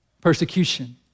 persecution